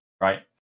right